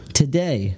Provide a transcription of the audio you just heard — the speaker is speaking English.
today